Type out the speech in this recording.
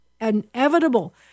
inevitable